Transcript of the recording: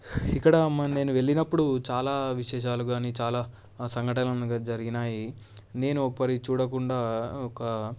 ఇక్కడ మరి నేను వెళ్ళినప్పుడు చాలా విశేషాలు కానీ చాలా సంఘటనలు జరిగినాయి నేను ఒపరి చూడకుండా ఒక